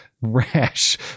Rash